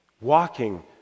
Walking